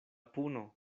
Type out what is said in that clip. puno